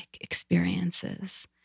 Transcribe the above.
experiences